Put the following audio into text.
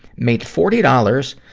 made forty dollars,